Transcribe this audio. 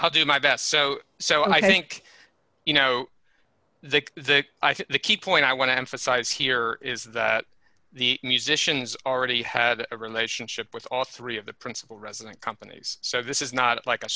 how do my best so so i think you know they they i think the key point i want to emphasize here is that the musicians already had a relationship with all three of the principal resident companies so this is not like a